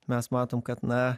mes matom kad na